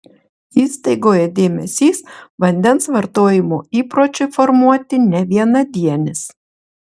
įstaigoje dėmesys vandens vartojimo įpročiui formuoti ne vienadienis